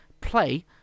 play